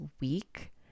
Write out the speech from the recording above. week